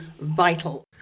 vital